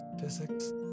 Physics